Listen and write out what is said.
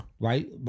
Right